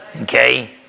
Okay